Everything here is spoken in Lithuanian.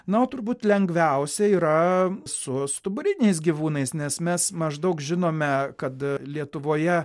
na o turbūt lengviausia yra su stuburiniais gyvūnais nes mes maždaug žinome kad lietuvoje